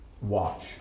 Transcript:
Watch